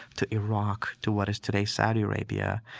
to iraq, to what is today saudi arabia,